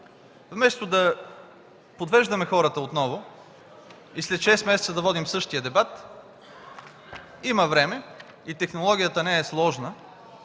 вместо да подвеждаме хората отново и след шест месеца да водим същия дебат, има време и технологията не е сложна,